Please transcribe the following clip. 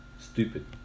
stupid